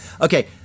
Okay